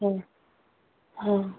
ꯍꯣꯏ ꯑꯥ